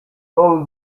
old